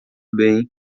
bem